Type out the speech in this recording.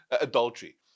adultery